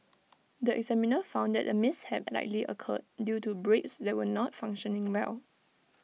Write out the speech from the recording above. the examiner found that the mishap likely occurred due to brakes that were not functioning well